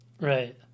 Right